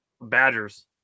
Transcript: Badgers